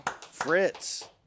Fritz